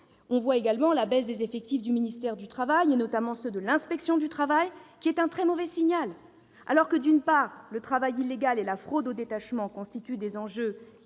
À cet égard, la baisse des effectifs du ministère du travail et, notamment, de ceux de l'inspection du travail est un très mauvais signal alors que, d'une part, le travail illégal et la fraude au détachement constituent des enjeux